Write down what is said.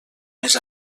més